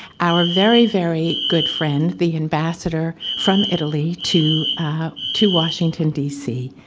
our very, very good friend, the ambassador from italy to to washington, d c,